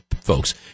folks